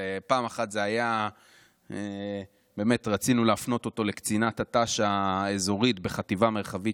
פעם אחת רצינו להפנות אותו לקצינת הת"ש האזורית בחטיבה מרחבית